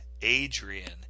Adrian